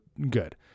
good